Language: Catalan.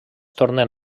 tornen